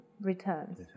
Returns